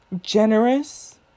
generous